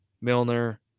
Milner